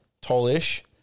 tallish